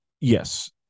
yes